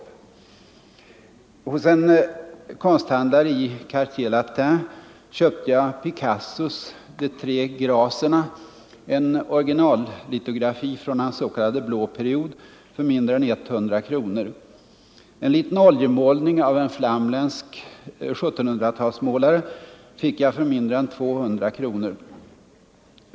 Hos en konsthandlare i Quartier Latin köpte jag Picassos De tre gracerna, en originallitografi från hans s.k. blå period, för mindre än 100 kronor. En liten oljemålning av en känd flamländsk 1700-talsmålare fick jag för mindre än 200 kronor.